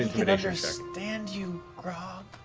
can understand you, grog.